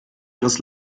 ihres